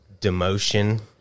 demotion